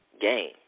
game